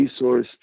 resourced